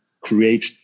create